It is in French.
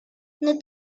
n’est